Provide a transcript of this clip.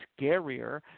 scarier